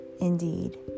Indeed